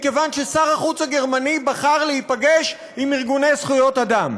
מכיוון ששר החוץ הגרמני בחר להיפגש עם ארגוני זכויות אדם.